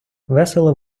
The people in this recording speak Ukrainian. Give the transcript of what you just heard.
весело